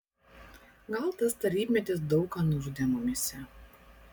gal tas tarybmetis daug ką nužudė mumyse